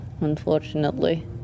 unfortunately